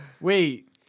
wait